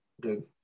Good